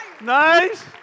Nice